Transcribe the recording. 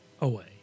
away